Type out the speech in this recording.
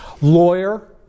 Lawyer